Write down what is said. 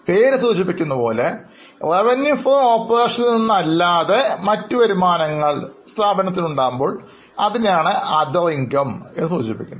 പേര് സൂചിപ്പിക്കുന്നതുപോലെ Revenue from operation നിന്ന് ല്ലാത്ത മറ്റു വരുമാനങ്ങൾ ആണ് സൂചിപ്പിക്കുന്നത്